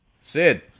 Sid